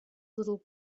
little